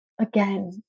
Again